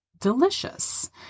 delicious